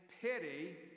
pity